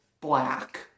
black